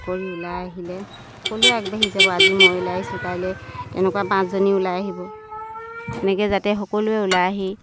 কৰি ওলাই আহিলে সকলোৱে আগবাঢ়ি যাব আজি মই ওলাই আহিছোঁ তেনেকুৱা পাঁচজনী ওলাই আহিব এনেকে যাতে সকলোৱে ওলাই আহি